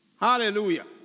Hallelujah